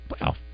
Wow